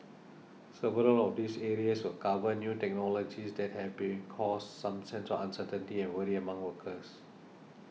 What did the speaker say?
several of these areas will cover new technologies that have been caused some sense uncertainty and worry among workers